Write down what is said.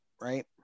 right